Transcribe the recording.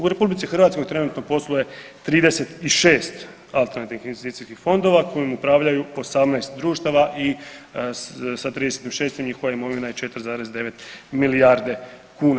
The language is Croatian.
U RH trenutno posluje 36 alternativnih investicijskih fondova kojim upravljaju 18 društava i sa 30.6. njihova imovina je 4,9 milijarde kuna.